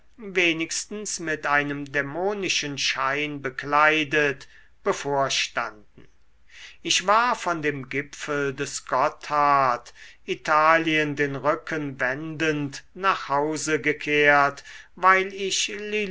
wenigstens mit einem dämonischen schein bekleidet bevorstanden ich war von dem gipfel des gotthard italien den rücken wendend nach hause gekehrt weil ich